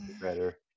better